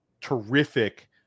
terrific